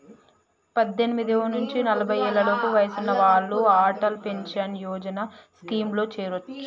పద్దెనిమిది నుంచి నలభై ఏళ్లలోపు వయసున్న వాళ్ళు అటల్ పెన్షన్ యోజన స్కీమ్లో చేరొచ్చు